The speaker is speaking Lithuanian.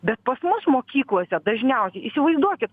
bet pas mus mokyklose dažniausiai įsivaizduokit